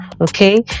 okay